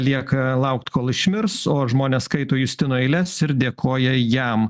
lieka laukt kol išmirs o žmonės skaito justino eiles ir dėkoja jam